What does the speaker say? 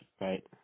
right